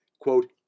quote